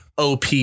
Op